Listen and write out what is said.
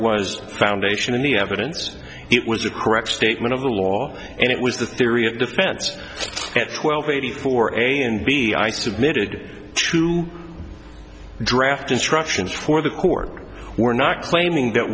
was foundation in the evidence it was a correct statement of the law and it was the theory of defense at twelve a before and b i submitted to draft instructions for the court we're not claiming that